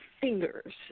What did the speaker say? fingers